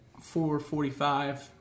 4.45